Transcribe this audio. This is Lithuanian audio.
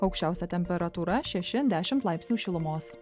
aukščiausia temperatūra šeši dešimt laipsnių šilumos